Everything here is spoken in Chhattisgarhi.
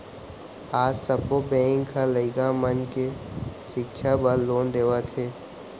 आज सब्बो बेंक ह लइका मन के सिक्छा बर लोन देवत हे